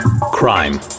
Crime